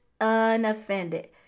unoffended